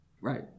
Right